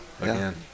again